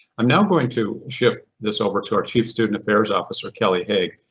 i'm now going to shift this over to our chief student affairs officer kelly haag.